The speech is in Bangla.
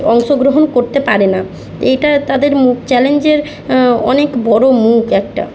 অংশগ্রহণ করতে পারে না এটা তাদের মু চ্যালেঞ্জের অনেক বড়ো মুখ একটা